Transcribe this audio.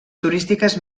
turístiques